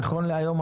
נכון להיום,